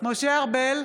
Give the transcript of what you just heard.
משה ארבל,